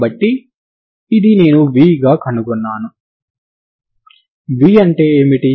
కాబట్టి ఇది నేను v గా కనుగొన్నాను v అంటే ఏమిటి